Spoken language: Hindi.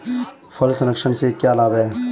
फल संरक्षण से क्या लाभ है?